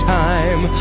time